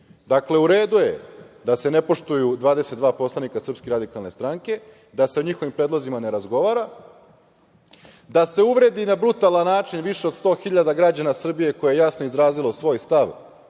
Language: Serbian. Srbije. Dakle, u redu je da se ne poštuju 22 poslanika SRS, da se o njihovim predlozima ne razgovara, da se uvredi na brutalan način više od 100 hiljada građana Srbije, koje je jasno izrazilo svoj stav